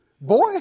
Boy